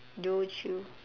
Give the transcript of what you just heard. joe chew